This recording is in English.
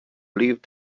live